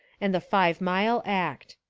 and the five-mile act.